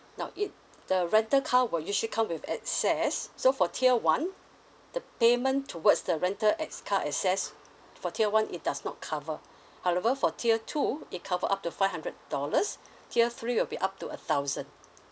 now it the rental car will usually come with excess so for tier one the payment towards the rental ex~ car excess for tier one it does not cover however for tier two it cover up to five hundred dollars tier three will be up to a thousand